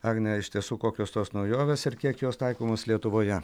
agne iš tiesų kokios tos naujovės ir kiek jos taikomos lietuvoje